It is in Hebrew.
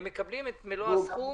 הם מקבלים את מלוא הסכום